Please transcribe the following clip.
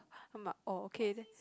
I'm ah orh okay